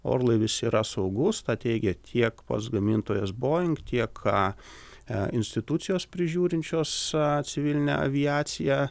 orlaivis yra saugus teigia tiek pats gamintojas boing tiek institucijos prižiūrinčios civilinę aviaciją